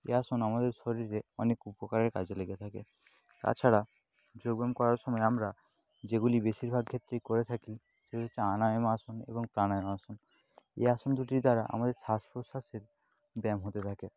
এই আসন আমাদের শরীরে অনেক উপকারের কাজে লেগে থাকে তাছাড়া যোগ ব্যায়াম করার সময় আমরা যেগুলি বেশিরভাগ ক্ষেত্রেই করে থাকি সেগুলি হচ্ছে আণায়াম আসন এবং প্রাণায়াম আসন এই আসন দুটির দ্বারা আমাদের শ্বাস প্রশ্বাসের ব্যায়াম হতে থাকে